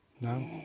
No